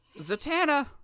Zatanna